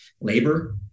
labor